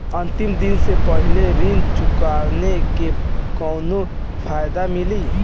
अंतिम दिन से पहले ऋण चुकाने पर कौनो फायदा मिली?